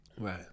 right